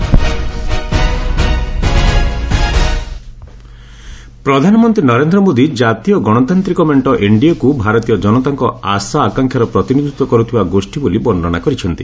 NDA meeting ପ୍ରଧାନମନ୍ତ୍ରୀ ନରେନ୍ଦ୍ର ମୋଦି ଜାତୀୟ ଗଣତାନ୍ତ୍ରିକ ମେଣ୍ଟ ଏଡିଏକୁ ଭାରତୀୟ କନତାଙ୍କ ଆଶା ଆକାଂକ୍ଷାର ପ୍ରତିନିଧିତ୍ୱ କରୁଥିବା ଗୋଷ୍ଠୀ ବୋଲି ବର୍ଷ୍ଣନା କରିଛନ୍ତି